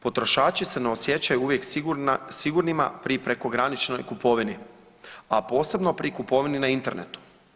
Potrošači se ne osjećaju uvijek sigurnima pri prekograničnoj kupovni, a posebno pri kupovini na internetu.